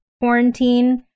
quarantine